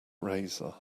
razor